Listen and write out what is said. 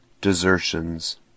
desertions